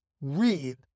read